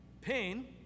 Pain